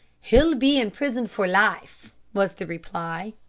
he'll be imprisoned for life, was the reply